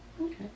Okay